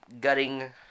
gutting